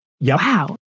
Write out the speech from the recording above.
Wow